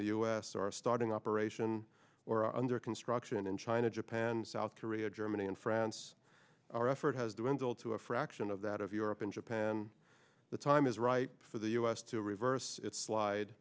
the u s or starting operation or under construction in china japan south korea germany and france our effort has dwindled to a fraction of that of europe and japan the time is right for the u s to reverse its slide